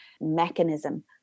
mechanism